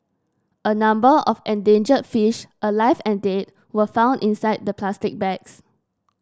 a number of endangered fish alive and dead were found inside the plastic bags